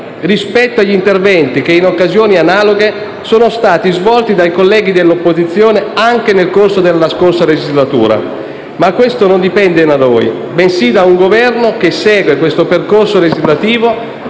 rispetto agli interventi che, in occasioni analoghe, sono stati svolti da colleghi dell'opposizione anche nel corso della scorsa legislatura, ma questo non dipende da noi, bensì da un Governo che segue questo percorso legislativo